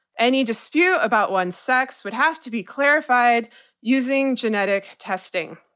any dispute about one's sex would have to be clarified using genetic testing.